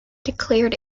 declared